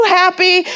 happy